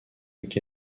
week